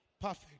perfect